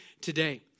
today